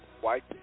white